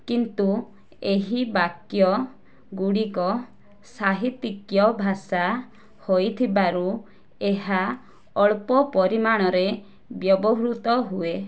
କିନ୍ତୁ ଏହି ବାକ୍ୟ ଗୁଡ଼ିକ ସାହିତିକ ଭାଷା ହୋଇଥିବାରୁ ଏହା ଅଳ୍ପ ପରିମାଣରେ ବ୍ୟବହୃତ ହୁଏ